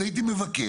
אז הייתי מבקש,